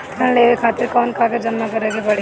ऋण लेवे खातिर कौन कागज जमा करे के पड़ी?